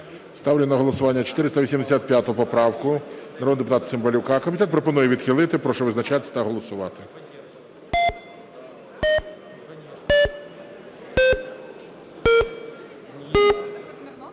Ставлю на голосування 485 поправку народного депутата Цимбалюка. Комітет пропонує відхилити. Прошу визначатись та голосувати. 14:17:28